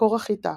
מקור החיטה